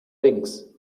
links